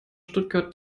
stuttgart